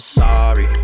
sorry